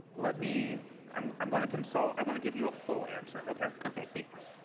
let me i'm i'm going to consult. i want to give you a full answer. okay? okay. thanks.